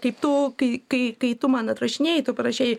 kai tu kai kai kai tu man atrašinėjai tu parašei